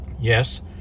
Yes